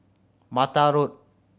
Mata Road